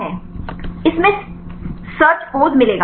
student इसमें search पोज मिलेगा